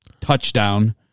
touchdown